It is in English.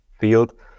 field